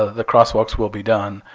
the crosswalks will be done,